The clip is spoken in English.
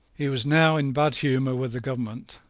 he was now in bad humour with the government.